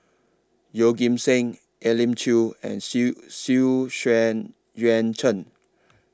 Yeoh Ghim Seng Elim Chew and Xu Xu Xuan Yuan Zhen